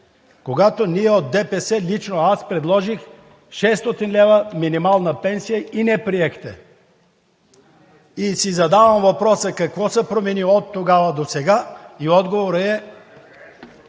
когато ние от ДПС, лично аз предложих 600 лв. минимална пенсия и не приехте. И си задавам въпроса какво се промени оттогава досега, и отворът е: